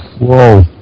Whoa